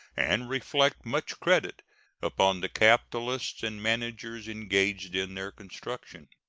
and reflect much credit upon the capitalists and managers engaged in their construction.